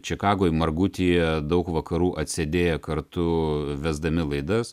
čikagoj margutyje daug vakarų atsėdėję kartu vesdami laidas